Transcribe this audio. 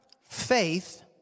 faith